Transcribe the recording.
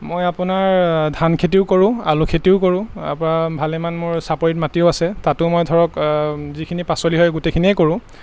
মই আপোনাৰ ধান খেতিও কৰোঁ আলু খেতিও কৰোঁ তাৰপৰা ভালেমান মোৰ চাপৰিত মাটিও আছে তাতো মই ধৰক যিখিনি পাচলি হয় গোটেইখিনিয়ে কৰোঁ